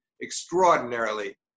extraordinarily